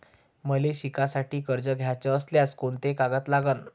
मले शिकासाठी कर्ज घ्याचं असल्यास कोंते कागद लागन?